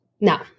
Now